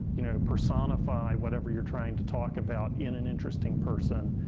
you know, personify whatever you're trying to talk about in an interesting person,